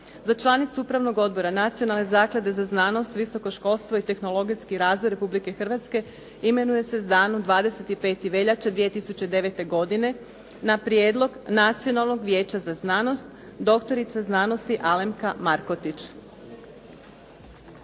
Za članicu Upravnog odbora Nacionalne zaklade za znanost, visoko školstvo i tehnologijski razvoj Republike Hrvatske imenuje se s danom 25. veljače 2009. godine na prijedlog Nacionalnog vijeća za znanost doktorica znanosti Alemka Markotić.